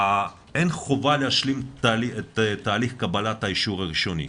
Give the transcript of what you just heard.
אין חובה להשלים את תהליך קבלת האישור הראשוני.